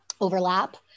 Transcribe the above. overlap